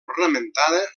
ornamentada